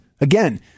Again